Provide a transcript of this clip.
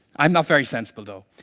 i'm not very sensible though.